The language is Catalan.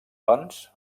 doncs